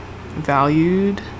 valued